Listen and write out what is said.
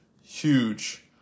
huge